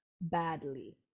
badly